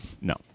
No